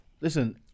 listen